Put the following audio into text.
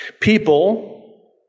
People